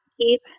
keep